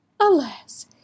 Alas